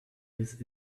this